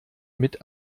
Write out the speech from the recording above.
mit